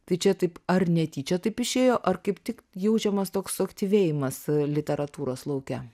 tai čia taip ar netyčia taip išėjo ar kaip tik jaučiamas toks suaktyvėjimas literatūros lauke